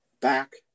back